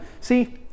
see